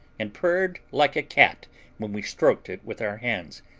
and purred like a cat when we stroked it with our hands,